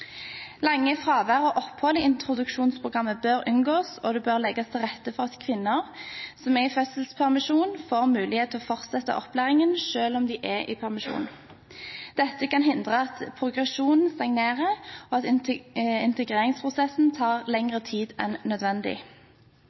fravær og opphold i introduksjonsprogrammet bør unngås, og det bør legges til rette for at kvinner som er i fødselspermisjon, får en mulighet til å fortsette opplæringen, selv om de er i permisjon. Dette kan hindre at progresjonen stagnerer og at integreringsprosessen tar lengre tid enn nødvendig.